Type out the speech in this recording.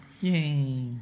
Yay